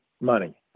money